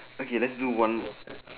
okay let's do one more